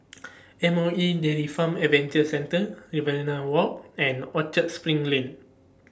M O E Dairy Farm Adventure Centre Riverina Walk and Orchard SPRING Lane